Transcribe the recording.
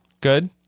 good